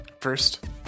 First